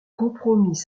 compromis